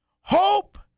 Hope